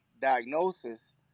diagnosis